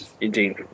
Indeed